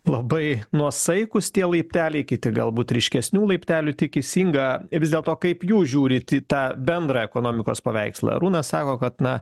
labai nuosaikūs tie laipteliai kiti galbūt ryškesnių laiptelių tik isinga vis dėlto kaip jūs žiūrit į tą bendrą ekonomikos paveikslą arūnas sako kad na